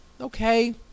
okay